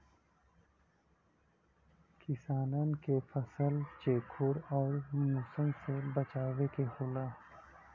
किसानन के फसल चेखुर आउर मुसन से बचावे के होला